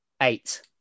eight